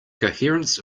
coherence